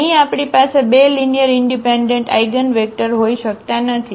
તેથી અહીં આપણી પાસે બે લીનીઅરઇનડિપેન્ડન્ટ આઇગનવેક્ટર હોઈ શકતા નથી